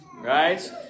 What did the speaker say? right